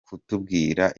kutubwira